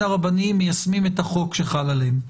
הרבניים מיישמים את החוק שחל עליהם.